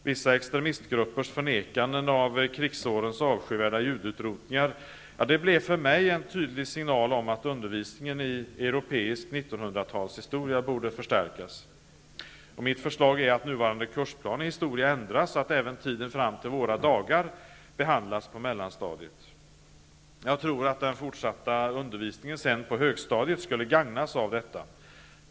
Vissa extremistgruppers förnekanden av krigsårens avskyvärda judeutrotningar blev för mig en tydlig signal om att undervisningen i europeisk 1900 talshistoria borde förstärkas. Mitt förslag är att nuvarande kursplan i historia ändras, så att även tiden fram till våra dagar behandlas på mellanstadiet. Jag tror att den fortsatta undervisningen på högstadiet skulle gagnas av detta.